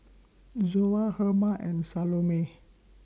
Zoa Herma and Salome